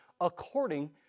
according